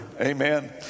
Amen